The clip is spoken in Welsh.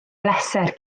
bleser